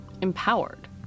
empowered